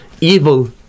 evil